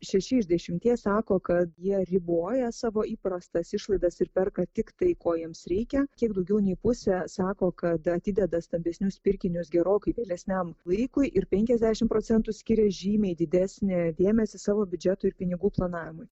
šeši iš dešimties sako kad jie riboja savo įprastas išlaidas ir perka tik tai ko jiems reikia kiek daugiau nei pusė sako kad atideda stambesnius pirkinius gerokai vėlesniam laikui ir penkiasdešimt procentų skiria žymiai didesnį dėmesį savo biudžetui ir pinigų planavimui